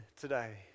today